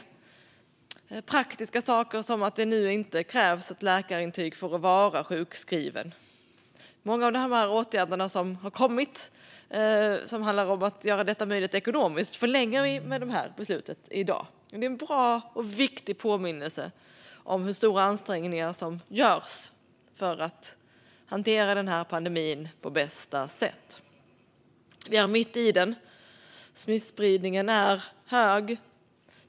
Det handlar om praktiska saker som att det nu inte krävs ett läkarintyg för att vara sjukskriven. Många av dessa åtgärder för att göra detta möjligt ekonomiskt förlänger vi i dag. Det är en bra och viktig påminnelse om hur stora ansträngningar som görs för att hantera pandemin på bästa sätt. Vi är mitt i den. Smittspridningen är hög.